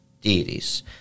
deities